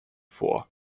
vor